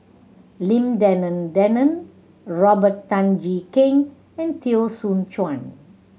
Lim Denan Denon Robert Tan Jee Keng and Teo Soon Chuan